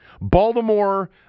Baltimore